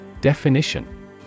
Definition